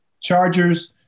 Chargers